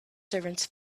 servants